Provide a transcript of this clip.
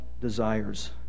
desires